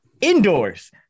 indoors